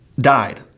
died